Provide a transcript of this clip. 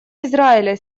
израиля